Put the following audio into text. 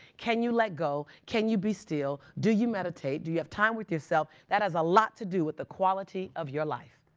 can you let go? can you be still? do you meditate? do you have time with yourself? that has a lot to do with the quality of your life,